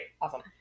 Awesome